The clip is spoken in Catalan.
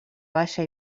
baixa